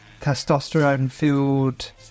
testosterone-fueled